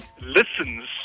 listens